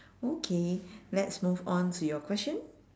okay let's move on to your question